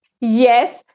yes